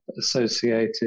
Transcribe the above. associated